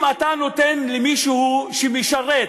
אם אתה נותן למישהו שמשרת